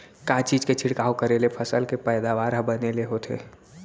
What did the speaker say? का चीज के छिड़काव करें ले फसल के पैदावार ह बने ले होथे?